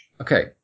Okay